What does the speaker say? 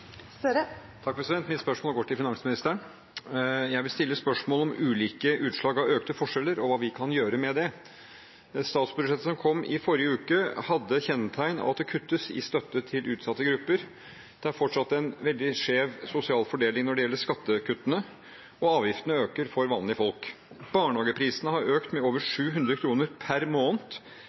Mitt spørsmål går til finansministeren. Jeg vil stille spørsmål om ulike utslag av økte forskjeller og hva vi kan gjøre med det. Statsbudsjettet som kom forrige uke, hadde kjennetegn av at det kuttes i støtte til utsatte grupper. Det er fortsatt en veldig skjev sosial fordeling når det gjelder skattekuttene, og avgiftene øker for vanlige folk. Barnehageprisene har økt med over 700 kr per måned